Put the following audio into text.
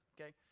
Okay